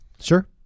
Sure